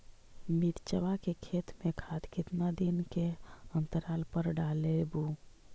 मिरचा के खेत मे खाद कितना दीन के अनतराल पर डालेबु?